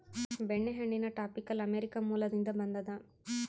ಬೆಣ್ಣೆಹಣ್ಣಿನ tropical America ಮೂಲದಿಂದ ಬಂದದ